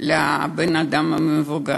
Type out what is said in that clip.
לבן-אדם המבוגר.